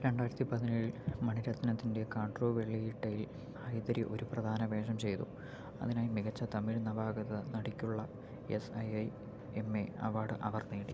രണ്ടായിരത്തി പതിനേഴിൽ മണിരത്നത്തിൻ്റെ കാട്രു വെളിയിടയിൽ ഹൈദരി ഒരു പ്രധാന വേഷം ചെയ്തു അതിനായി മികച്ച തമിഴ് നവാഗത നടിക്കുള്ള S I I M A award അവർ നേടി